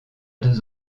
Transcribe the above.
deux